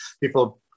People